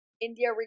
India